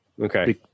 Okay